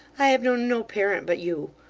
i have known no parent but you.